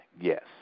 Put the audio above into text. Yes